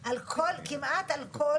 בלעדית.